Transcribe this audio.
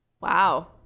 Wow